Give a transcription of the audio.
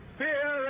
fear